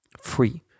Free